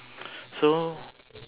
so